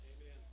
Amen